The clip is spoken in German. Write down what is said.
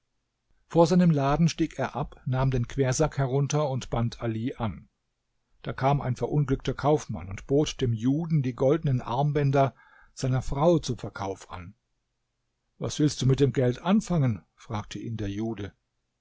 vor seinem laden stieg er ab nahm den quersack herunter und band ali an da kam ein verunglückter kaufmann und bot dem juden die goldenen armbänder seiner frau zum verkauf an was willst du mit dem geld anfangen fragte ihn der jude